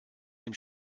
dem